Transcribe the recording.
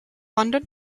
london